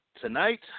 Tonight